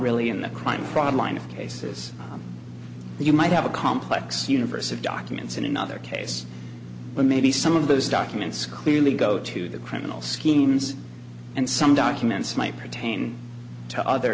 really in the crime fraud line of cases you might have a complex universe of documents in another case but maybe some of those documents clearly go to the criminal schemes and some documents might pertain to other